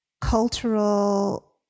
cultural